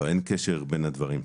אין קשר בין הדברים.